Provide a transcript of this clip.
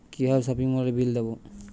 কিভাবে সপিং মলের বিল দেবো?